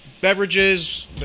beverages